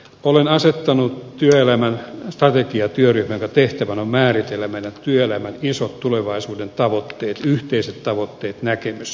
olen asettanut työelämän strategia työryhmän jonka tehtävänä on määritellä meidän työelämän isot tulevaisuuden tavoitteet yhteiset tavoitteet näkemys